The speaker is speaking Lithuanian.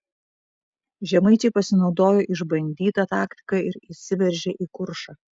žemaičiai pasinaudojo išbandyta taktika ir įsiveržė į kuršą